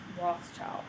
Rothschild